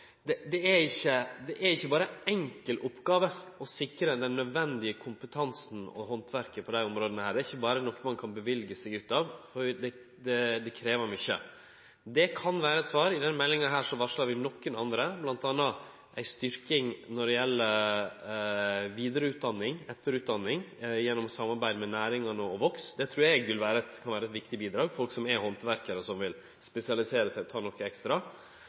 erkjenne at det ikkje er ei enkel oppgåve å sikre den nødvendige kompetansen og handverket. Det er ikkje noko ein kan gje løyve for å kome seg ut av, for det krev mykje. Det kan vere eitt svar. I denne meldinga varslar vi nokre andre, bl.a. ei styrking når det gjeld vidare- og etterutdanning gjennom samarbeid med næringane og Vox. Det trur eg kan vere eit viktig bidrag for folk som er handverkarar, og som vil spesialisere seg og ta noko ekstra.